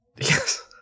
Yes